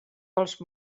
pels